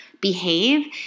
behave